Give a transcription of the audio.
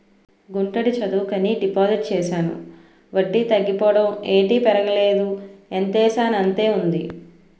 గుంటడి చదువుకని డిపాజిట్ చేశాను వడ్డీ తగ్గిపోవడం ఏటి పెరగలేదు ఎంతేసానంతే ఉంది